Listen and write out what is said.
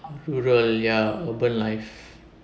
rural ya urban life